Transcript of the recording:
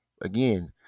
Again